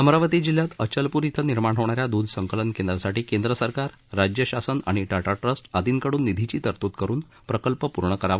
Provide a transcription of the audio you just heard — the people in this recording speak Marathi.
अमरावती जिल्ह्यात अचलप्र इथं निर्माण होणाऱ्या दध संकलन केंद्रासाठी केंद्र सरकार राज्य शासन आणि टाटा ट्स्ट आर्दीकडन निधीची तरतूद करुन प्रकल्प पर्ण करावा